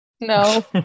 No